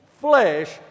flesh